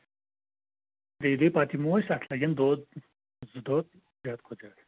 تریہِ دۄہہِ پَتہٕ یِمو أسۍ اَتھ لگن دۄہ زٕ دۄہ زیادٕ کھۄتہٕ زیادٕ